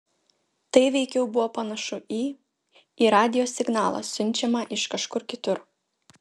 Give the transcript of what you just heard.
tai veikiau buvo panašu į į radijo signalą siunčiamą iš kažkur kitur